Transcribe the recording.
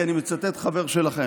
כי אני מצטט חבר שלכם,